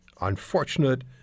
unfortunate